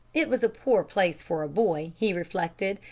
it was a poor place for a boy, he reflected,